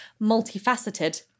multifaceted